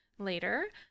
later